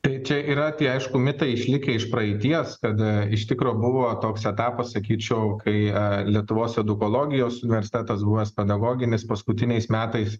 tai čia yra tie aišku mitai išlikę iš praeities kada iš tikro buvo toks etapas sakyčiau kai lietuvos edukologijos universitetas buvęs pedagoginis paskutiniais metais